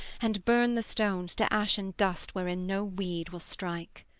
and burn the stones to ashen dust wherein no weed will strike.